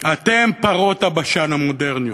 אתם פרות הבשן המודרניות.